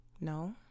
No